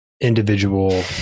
individual